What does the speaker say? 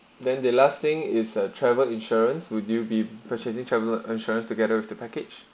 then the last thing is a travel insurance would you be purchasing travel insurance together with the package